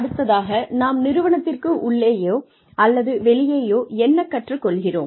அடுத்ததாக நாம் நிறுவனத்திற்கு உள்ளேயோ அல்லது வெளியேயோ என்ன கற்றுக் கொள்கிறோம்